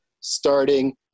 starting